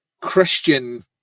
Christian